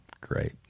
Great